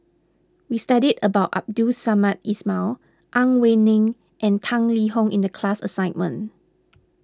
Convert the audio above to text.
we studied about Abdul Samad Ismail Ang Wei Neng and Tang Liang Hong in the class assignment